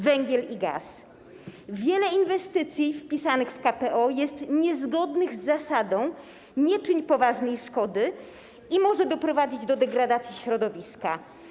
Wiele inwestycji wpisanych w KPO jest niezgodnych z zasadą: nie czyń poważnej szkody, i może doprowadzić do degradacji środowiska.